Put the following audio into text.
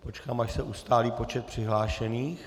Počkám, až se ustálí počet přihlášených...